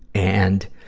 and,